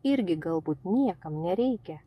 irgi galbūt niekam nereikia